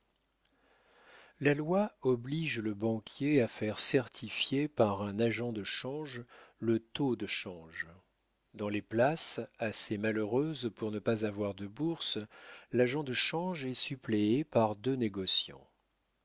la loi oblige le banquier à faire certifier par un agent de change le taux du change dans les places assez malheureuses pour ne pas avoir de bourse l'agent de change est suppléé par deux négociants